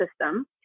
system